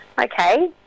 okay